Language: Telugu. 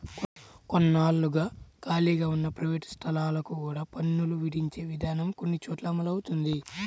కొన్నాళ్లుగా ఖాళీగా ఉన్న ప్రైవేట్ స్థలాలకు కూడా పన్నులు విధించే విధానం కొన్ని చోట్ల అమలవుతోంది